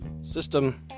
System